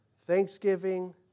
thanksgiving